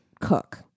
cook